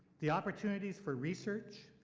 the opportunities for research,